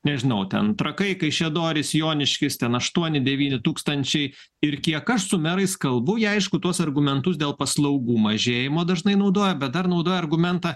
nežinau ten trakai kaišiadorys joniškis ten aštuoni devyni tūkstančiai ir kiek aš su merais kalbų jie aišku tuos argumentus dėl paslaugų mažėjimo dažnai naudoja bet dar naudoja argumentą